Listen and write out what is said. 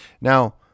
Now